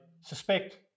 suspect